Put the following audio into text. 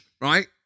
right